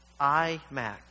iMac